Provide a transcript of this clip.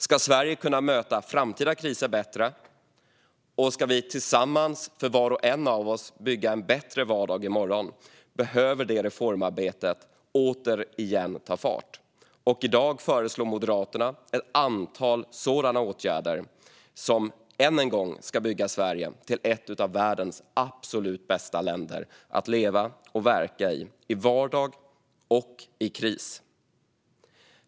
Om Sverige ska kunna möta framtida kriser bättre och tillsammans bygga en bättre morgondag för var och en av oss behöver reformarbetet åter ta fart. I dag föreslår Moderaterna ett antal åtgärder som än en gång ska bygga Sverige till ett av världens absolut bästa länder att leva och verka i, i vardag och i kris.